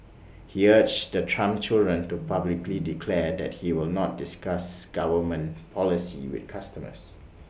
he urged the Trump children to publicly declare that he will not discuss government policy with customers